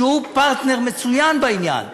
שהוא פרטנר מצוין בעניין.